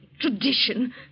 Tradition